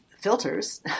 filters